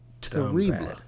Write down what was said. terrible